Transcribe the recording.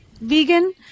vegan